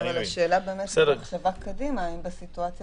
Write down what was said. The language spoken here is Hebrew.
הכוונה שיהיו תחנות בדיקה מהירה בכל מקום ומי שקיבל תוצאות